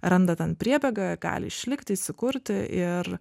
randa ten priebėgą gali išlikti įsikurti ir